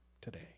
today